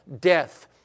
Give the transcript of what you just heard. death